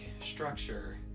structure